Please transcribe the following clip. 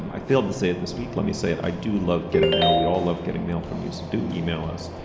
i failed to say it this week let me say it i do love getting mail we all love getting mail from you so do yeah e-mail us.